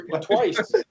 twice